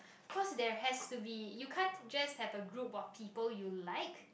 cause there has to be you can't just have a group of people you like